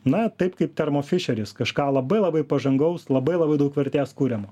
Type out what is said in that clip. na taip kaip termofišeris kažką labai labai pažangaus labai labai daug vertės kuriamo